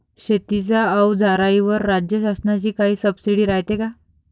शेतीच्या अवजाराईवर राज्य शासनाची काई सबसीडी रायते का?